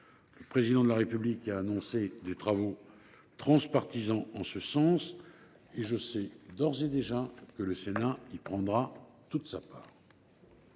Le Président de la République a annoncé des travaux transpartisans en ce sens et je sais d’ores et déjà que le Sénat y prendra toute sa part.